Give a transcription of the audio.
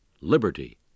liberty